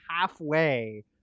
halfway